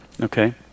Okay